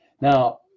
Now